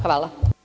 Hvala.